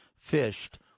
fished